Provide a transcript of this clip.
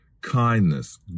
kindness